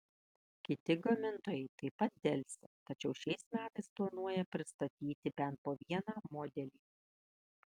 kiti gamintojai taip pat delsia tačiau šiais metais planuoja pristatyti bent po vieną modelį